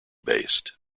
based